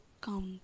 count